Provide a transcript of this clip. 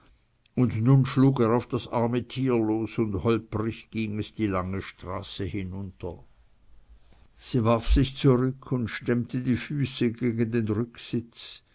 und nun schlug er auf das arme tier los und holprig ging es die lange straße hinunter sie warf sich zurück und stemmte die füße gegen den rücksitz